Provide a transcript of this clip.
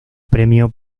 premio